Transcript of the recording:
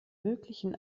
möglichen